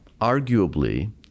arguably